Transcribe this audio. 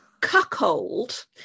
cuckold